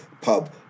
pub